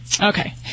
Okay